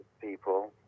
people